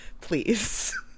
Please